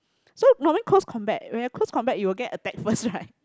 so normally close combat when a close combat you will get attack first right